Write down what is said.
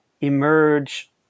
emerge